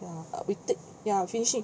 !wah! we take ya finishing